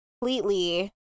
completely